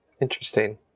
Interesting